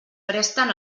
presten